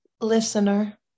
listener